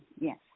yes